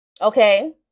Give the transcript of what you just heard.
okay